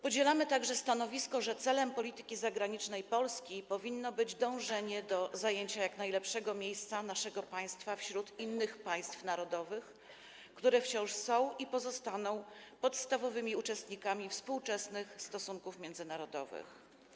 Podzielamy także stanowisko, że celem polityki zagranicznej Polski powinno być dążenie do zajęcia przez nasze państwo jak najlepszego miejsca wśród innych państw narodowych, które wciąż są i pozostaną podstawowymi uczestnikami współczesnych stosunków międzynarodowych.